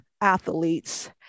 athletes